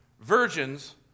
Virgins